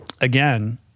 again